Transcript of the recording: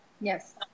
yes